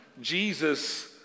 jesus